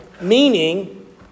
meaning